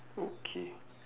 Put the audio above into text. okay